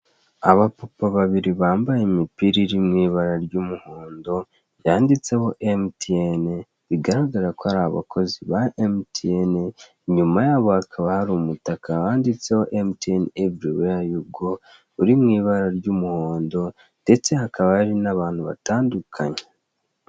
Abapapa babiri bambaye imipira iri mu ibara ry'umuhondo yanditseho emutiyene bigaragara ko ari bakozi ba emutiyene, inyuma yabo hakaba hari umutaka wanditseho emutiyene everi weya yu go, uri mu ibara ry'umuhondo ndetse hakaba hari n'abantu batandukanye.